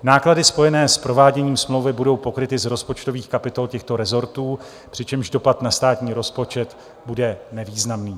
Náklady spojené s prováděním smlouvy budou pokryty z rozpočtových kapitol těchto rezortů, přičemž dopad na státní rozpočet bude nevýznamný.